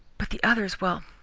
but the others well,